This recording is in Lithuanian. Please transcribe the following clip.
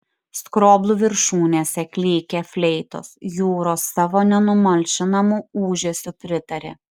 skroblų viršūnėse klykė fleitos jūros savo nenumalšinamu ūžesiu pritarė